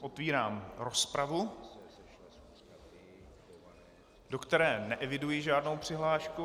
Otevírám rozpravu, do které neeviduji žádnou přihlášku.